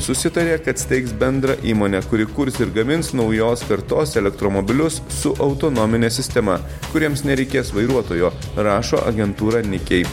susitarė kad steigs bendrą įmonę kuri kurs ir gamins naujos kartos elektromobilius su autonomine sistema kuriems nereikės vairuotojo rašo agentūra nykiai